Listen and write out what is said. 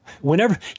whenever